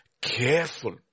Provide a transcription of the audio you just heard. careful